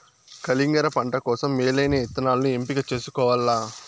కలింగర పంట కోసం మేలైన ఇత్తనాలను ఎంపిక చేసుకోవల్ల